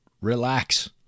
relax